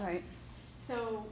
right so